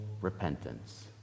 repentance